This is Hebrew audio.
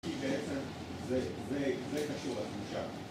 כי בעצם זה, זה, זה קשור לתחושה